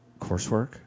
Coursework